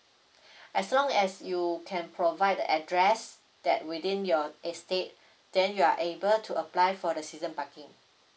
as long as you can provide the address that within your estate then you are able to apply for the season parking